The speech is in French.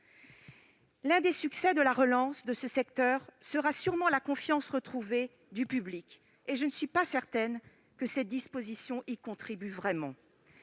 clés du succès de la relance de ce secteur résidera certainement dans la confiance retrouvée du public. Je ne suis pas certaine que ces dispositions y contribuent vraiment.